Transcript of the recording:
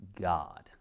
God